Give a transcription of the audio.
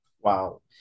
Wow